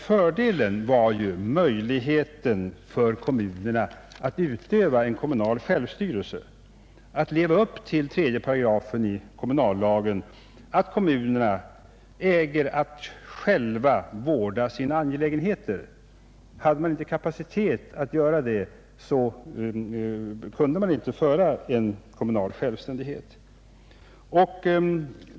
Fördelen är möjligheten för kommunerna att utöva en kommunal självstyrelse, dvs. att leva upp till 3 § kommunallagen, enligt vilken kommunerna äger att själva vårda sina angelägenheter. Hade de inte kapacitet att göra det, kunde de inte utöva en kommunal självstyrelse.